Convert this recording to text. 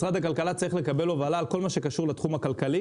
משרד הכלכלה צריך לקבל הובלה על כל מה שקשור לתחום הכלכלי